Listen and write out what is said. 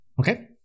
Okay